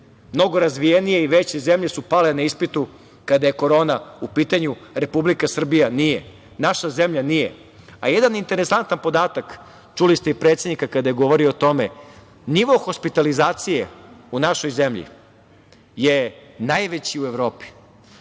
Mnogo razvijenije i veće zemlje su pale na ispitu kada je korona u pitanju, a Republika Srbija nije. Naša zemlja nije. Jedan interesantan podatak, čuli ste i predsednika kada je govorio o tome, nivo hospitalizacije u našoj zemlji je najveći u Evropi,